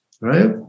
right